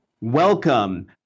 welcome